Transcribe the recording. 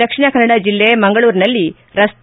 ದಕ್ಷಿಣ ಕನ್ನಡ ಜೆಲ್ಲೆ ಮಂಗಳೂರಿನಲ್ಲಿ ರಸ್ತೆ